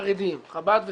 חרדיים, חב"ד וצאנז,